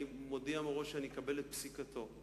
אני מודיע מראש שאקבל את פסיקתו.